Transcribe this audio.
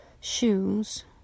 shoes